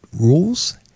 rules